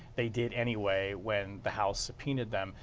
they did any way when the house subpoenaed them.